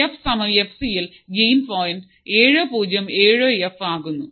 F സമം F C യിൽ gain point ഏഴു പൂജ്യം ഏഴു എഫ് ആകുന്നു